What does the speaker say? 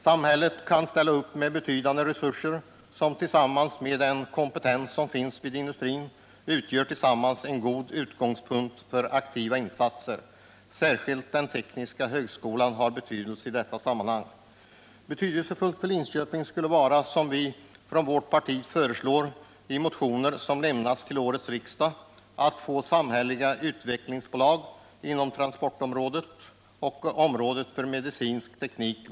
Kommunen kan ställa upp med betydande resurser som tillsammans med den kompetens som finns vid industrin är en god utgångspunkt för aktiva insatser. Särskilt den tekniska högskolan har betydelse i detta sammanhang. Betydelsefullt för Linköping skulle vara, vilket vi från vårt parti föreslår i motioner som har lämnats till årets riksmöte, att kommunen får samhälleliga utvecklingsbolag inom transportområdet och inom området för medicinsk teknik.